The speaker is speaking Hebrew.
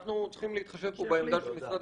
אנחנו צריכים להתחשב פה בעמדה של משרד